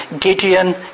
Gideon